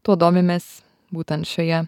tuo domimės būtent šioje